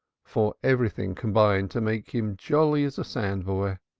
for everything combined to make him jolly as a sandboy.